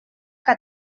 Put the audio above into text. que